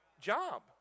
Job